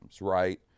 Right